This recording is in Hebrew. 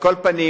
כל פנים,